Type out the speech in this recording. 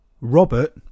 Robert